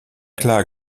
klar